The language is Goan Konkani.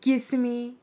किस्मी